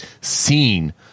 seen